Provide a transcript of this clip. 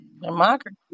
democracy